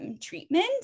treatment